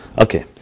Okay